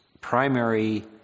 primary